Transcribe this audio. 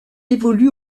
évolue